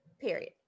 period